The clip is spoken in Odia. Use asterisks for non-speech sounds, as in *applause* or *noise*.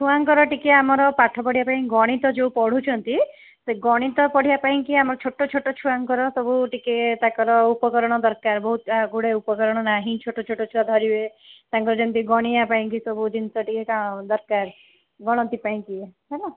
ଛୁଆଙ୍କର ଟିକିଏ ଆମର ପାଠ ପଢ଼ିବା ପାଇଁ ଗଣିତ ଯେଉଁ ପଢ଼ୁଛନ୍ତି ସେ ଗଣିତ ପଢ଼ିବା ପାଇଁକି ଆମ ଛୋଟ ଛୋଟ ଛୁଆଙ୍କର ସବୁ ଟିକିଏ ତାଙ୍କର ଉପକରଣ ଦରକାର ବହୁତ ଗୁଡ଼େ ଉପକରଣ ନାହିଁ ଛୋଟ ଛୋଟ ଛୁଆ ଧରିବେ ତାଙ୍କର ଯେମତି ଗଣିବା ପାଇଁକି ସବୁ ଜିନିଷ ଟିକିଏ *unintelligible* ଦରକାର ଗଣତି ପାଇଁକି ହେଲା